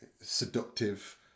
seductive